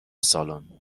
سالن